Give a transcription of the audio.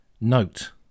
Note